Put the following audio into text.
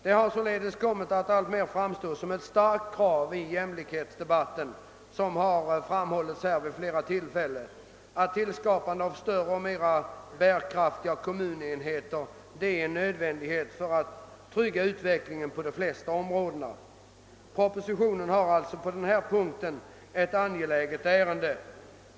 Det har således kommit att alltmer framstå som ett starkt krav i jämlikhetsdebatten, vilket framhållits här vid flera tillfällen, att tillskapandet av flera och mera bärkraftiga kommunenheter är en nödvändighet för att trygga utvecklingen på de flesta områden. Pro positionen har alltså på denna punkt ett angeläget ärende.